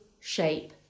shape